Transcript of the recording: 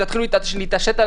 תתעשתו,